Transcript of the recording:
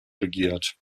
regiert